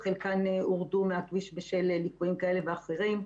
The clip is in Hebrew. חלקן הורדו מהכביש בשל ליקויים כאלה ואחרים.